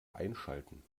einschalten